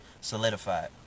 solidified